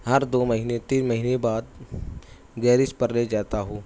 ہر دو مہینے تین مہینے بعد گیرج پر لے جاتا ہوں